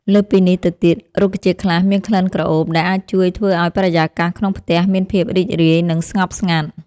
លើសពីនេះទៅទៀត រុក្ខជាតិខ្លះមានក្លិនក្រអូប ដែលអាចជួយធ្វើឲ្យបរិយាកាសក្នុងផ្ទះមានភាពរីករាយ និងស្ងប់ស្ងាត់។